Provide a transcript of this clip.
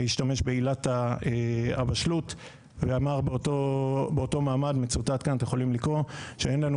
השתמש בעילת הבשלות ואמר באותו מעמד שאין לנו